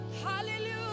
Hallelujah